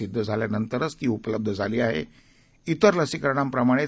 सिद्ध झाल्यानंतरच ती उपलब्ध झाली आहेइतर लसीकरणांप्रमाणेच